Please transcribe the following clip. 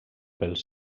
pels